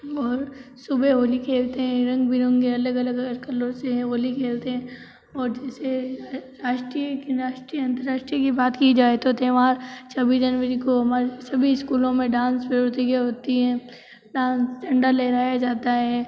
और सुबह होली खेलते हैं रंग बिरंग अलग अलग कलर से होली खेलते हैं और जैसे राष्ट्रीय राष्ट्रीय अंतराष्ट्रीय कि बात कि जाए तो त्योहार छब्बीस जनवरी को हमारे सभी स्कूलो में डांस प्रतियोगिता होती है डांस झंडा लहराया जाता है